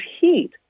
heat